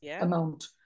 amount